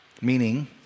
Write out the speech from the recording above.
Meaning